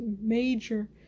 major